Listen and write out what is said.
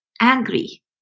angry